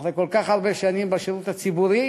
אחרי כל כך הרבה שנים בשירות הציבורי,